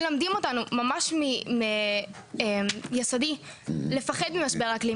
מלמדים אותנו ממש מיסודי לפחד ממשבר האקלים,